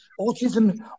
autism